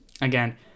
again